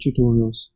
tutorials